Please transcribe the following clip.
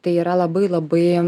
tai yra labai labai